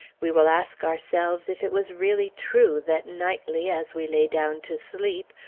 we will ask ourselves if it was really true that nightly, as we lay down to sleep,